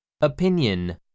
Opinion